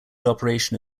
operation